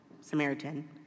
Samaritan